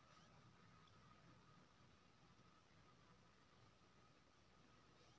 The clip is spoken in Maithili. जे बेकती कोनो कंपनीक शेयर केँ कीनय छै ओ ओहि कंपनीक शेयरहोल्डर कहाबै छै